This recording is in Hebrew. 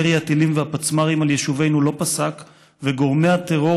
ירי הטילים והפצמ"רים על יישובינו לא פסק וגורמי הטרור